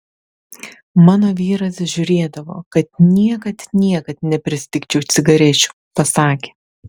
mano vyras žiūrėdavo kad niekad niekad nepristigčiau cigarečių pasakė